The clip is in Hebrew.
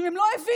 ואם הם לא הבינו,